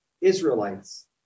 Israelites